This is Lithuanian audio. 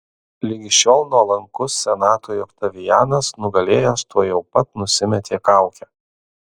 ligi šiol nuolankus senatui oktavianas nugalėjęs tuojau pat nusimetė kaukę